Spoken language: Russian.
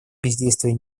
бездействие